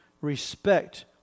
respect